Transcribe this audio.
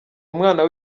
umwana